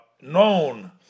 known